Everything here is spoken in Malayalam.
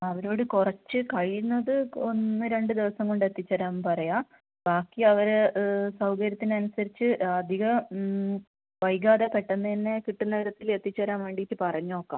അവരോട് കുറച്ച് കഴിയുന്നത് ഒന്ന് രണ്ട് ദിവസം കൊണ്ട് എത്തിച്ചേരാൻ പറയുക ബാക്കി അവർ സൗകര്യത്തിന് അനുസരിച്ച് അധികം വൈകാതെ പെട്ടെന്ന് തന്നെ കിട്ടുന്ന വിധത്തിൽ എത്തിച്ചേരാൻ വേണ്ടിയിട്ട് പറഞ്ഞ് നോക്കാം